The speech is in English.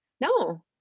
No